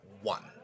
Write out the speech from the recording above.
one